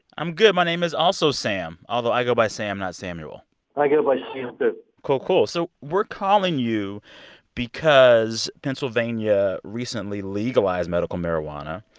i'm good. my name is also sam. although, i go by sam not samuel i go by sam, too cool. cool. so we're calling you because pennsylvania recently legalized medical marijuana.